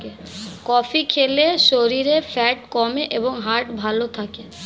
coffee খেলে শরীরের fat কমে এবং হার্ট ভালো থাকে